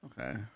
Okay